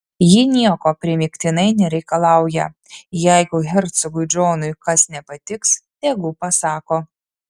ji nieko primygtinai nereikalauja jeigu hercogui džonui kas nepatiks tegu pasako